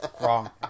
wrong